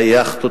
היאכטות,